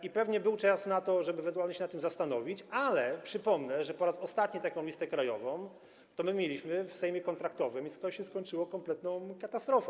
I pewnie był czas na to, żeby ewentualnie się nad tym zastanowić, ale przypomnę, że po raz ostatni taką listę krajową to my mieliśmy w sejmie kontraktowym i to się skończyło kompletną katastrofą.